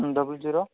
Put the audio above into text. double zero